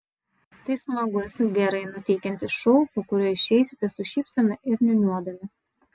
tai smagus gerai nuteikiantis šou po kurio išeisite su šypsena ir niūniuodami